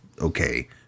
okay